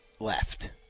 left